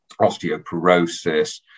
osteoporosis